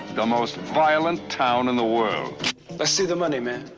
the most violent town in the world let's see the money, man